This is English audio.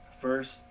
first